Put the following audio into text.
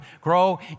grow